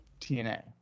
TNA